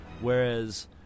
Whereas